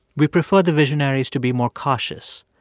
we prefer the visionaries to be more cautious,